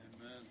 Amen